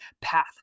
path